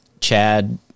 chad